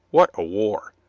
what a war!